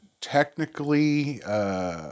technically